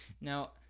Now